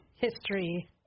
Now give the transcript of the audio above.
history